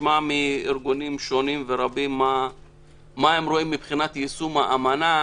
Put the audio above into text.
נשמע מארגונים שונים ורבים מה הם רואים מבחינת היישום של האמנה.